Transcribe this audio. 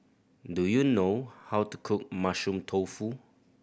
do you know how to cook Mushroom Tofu